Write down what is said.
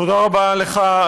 תודה רבה לך,